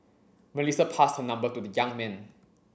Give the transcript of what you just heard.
Melissa passed her number to the young man